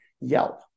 Yelp